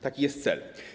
Taki jest cel.